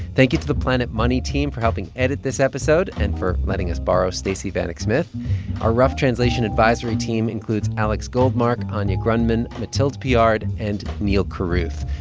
thank you to the planet money team for helping edit this episode and for letting us borrow stacey vanek-smith. our rough translation advisory team includes alex goldmark, anya grundmann, mathilde piard and neal carruth.